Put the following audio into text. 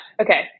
Okay